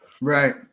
Right